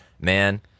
man